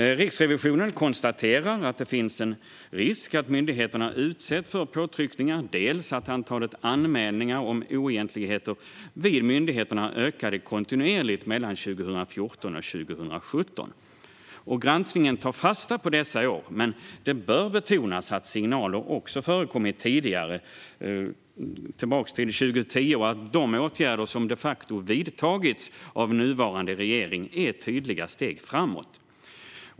Riksrevisionen konstaterar dels att det finns en risk att myndigheterna utsätts för påtryckningar, dels att antalet anmälningar om oegentligheter vid myndigheterna ökade kontinuerligt mellan 2014 och 2017. Granskningen tar fasta på dessa år, men det bör betonas att signaler har förekommit också tidigare, redan 2010, och att de åtgärder som de facto har vidtagits av nuvarande regering är tydliga steg framåt.